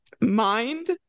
Mind